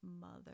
Mother